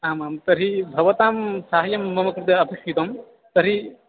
आमां तर्हि भवतां साहाय्यं मम कृते अपेक्षितं तर्हि